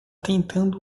tentando